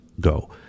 go